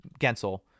Gensel